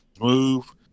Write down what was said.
move